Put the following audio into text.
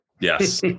yes